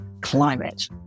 climate